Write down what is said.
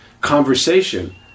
conversation